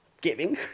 giving